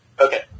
Okay